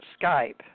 Skype